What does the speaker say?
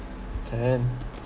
can